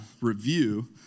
review